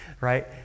right